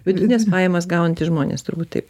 vidutines pajamas gaunantys žmonės turbūt taip